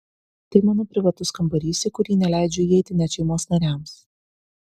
tai mano privatus kambarys į kurį neleidžiu įeiti net šeimos nariams